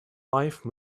life